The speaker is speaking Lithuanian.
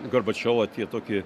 gorbačiovo tie tokie